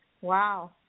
Wow